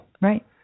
Right